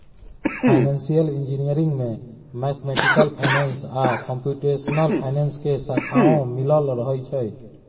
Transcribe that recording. financial engineering में mathematical finance आ computational finance के शाखाओं मिलल रहइ छइ